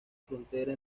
frontera